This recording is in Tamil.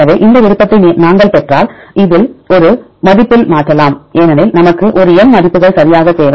எனவே இந்த விருப்பத்தை நாங்கள் பெற்றால் இதை ஒரு மதிப்பில் மாற்றலாம் ஏனெனில் நமக்கு ஒரு எண் மதிப்புகள் சரியாக தேவை